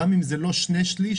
גם אם זה לא שני שליש?